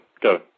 Go